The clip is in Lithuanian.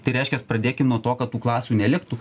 tai reiškias pradėkim nuo to kad tų klasių neliktų